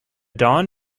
dawn